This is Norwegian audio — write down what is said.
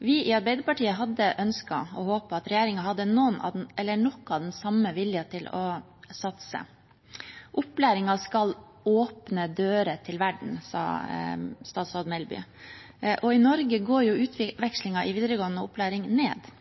Vi i Arbeiderpartiet hadde ønsket og håpet at regjeringen hadde noe av den samme viljen til å satse. Opplæringen skal åpne dører til verden, sa statsråd Melby. I Norge går utvekslingen i videregående opplæring ned.